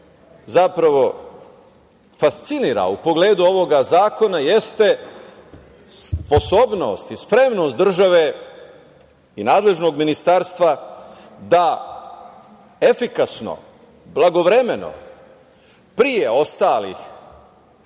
zapravo, fascinira u pogledu ovoga zakona jeste sposobnost i spremnost države i nadležnog ministarstva da efikasno, blagovremeno, pre ostalih